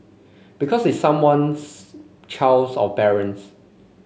because it's someone's child's or parents